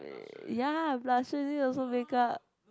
ya blusher is this also make-up